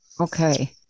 okay